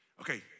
Okay